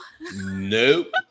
nope